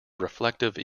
reflective